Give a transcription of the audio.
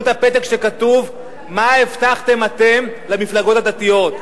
שכתוב בו מה הבטחתם אתם למפלגות הדתיות.